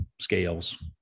scales